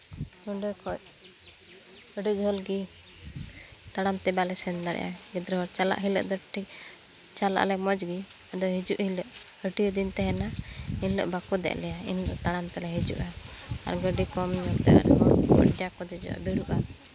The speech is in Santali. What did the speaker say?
ᱚᱸᱰᱮ ᱠᱷᱚᱡ ᱟᱹᱰᱤ ᱡᱷᱟᱹᱞ ᱜᱮ ᱛᱟᱲᱟᱢᱛᱮ ᱵᱟᱞᱮ ᱥᱮᱱ ᱫᱟᱲᱮᱭᱟᱜᱼᱟ ᱜᱤᱫᱽᱨᱟᱹ ᱦᱚᱲ ᱪᱟᱞᱟᱜ ᱦᱤᱞᱳᱜᱫᱚ ᱴᱷᱤᱠ ᱪᱟᱞᱟᱜ ᱟᱞᱮ ᱢᱚᱡᱽ ᱜᱮ ᱟᱫᱚ ᱦᱤᱡᱩᱜ ᱦᱤᱞᱳᱜ ᱪᱷᱩᱴᱤ ᱫᱤᱱ ᱛᱟᱦᱮᱱᱟ ᱮᱱᱦᱤᱞᱳᱜ ᱵᱟᱠᱚ ᱫᱮᱡ ᱞᱮᱭᱟ ᱮᱱ ᱦᱤᱞᱳᱜ ᱛᱟᱲᱟᱢ ᱛᱮᱞᱮ ᱦᱤᱡᱩᱜᱼᱟ ᱟᱨ ᱜᱟᱹᱰᱤ ᱠᱚ ᱫᱩᱲᱩᱵᱼᱟ